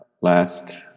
last